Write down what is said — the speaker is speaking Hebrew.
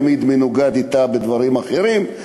תמיד מנוגד לה בדברים אחרים,